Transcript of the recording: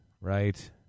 right